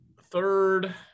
Third